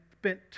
spent